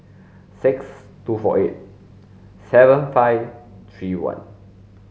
six two four eight seven five three one